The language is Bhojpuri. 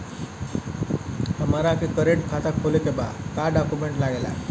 हमारा के करेंट खाता खोले के बा का डॉक्यूमेंट लागेला?